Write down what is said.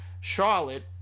Charlotte